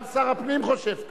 גם שר הפנים חושב כך.